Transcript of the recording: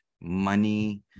money